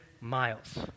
miles